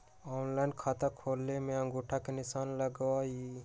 Online खाता खोले में अंगूठा के निशान लगहई?